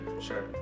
Sure